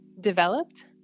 developed